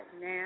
now